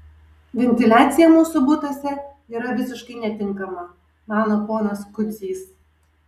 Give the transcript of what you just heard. ventiliacija mūsų butuose yra visiškai netinkama mano ponas kudzys